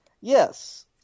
yes